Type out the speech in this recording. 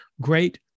great